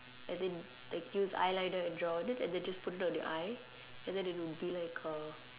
and then like use eyeliner and draw then and then just put it on your eye and it will be like a